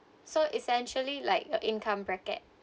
so essentially like a income bracket